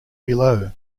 below